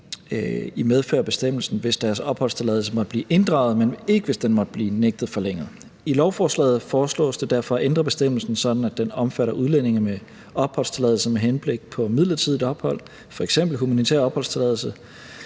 i medfør af bestemmelsen, hvis deres opholdstilladelse måtte blive inddraget, men ikke, hvis den måtte blive nægtet forlænget. I lovforslaget foreslås det derfor at ændre bestemmelsen, sådan at den omfatter udlændinge med opholdstilladelse med henblik på midlertidigt ophold, f.eks. humanitær opholdstilladelse,